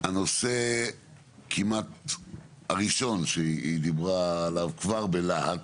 הנושא כמעט הראשון שהיא דיברה עליו כבר בלהט,